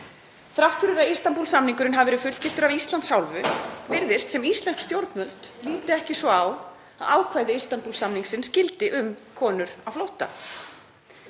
Þrátt fyrir að Istanbúl-samningurinn hafi verið fullgiltur af Íslands hálfu virðist sem íslensk stjórnvöld líti ekki svo á að ákvæði Istanbúl-samningsins gildi um konur á flótta.